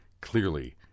Clearly